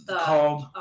called